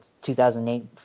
2008